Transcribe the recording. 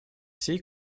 всей